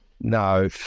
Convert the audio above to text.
No